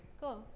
Cool